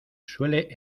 suele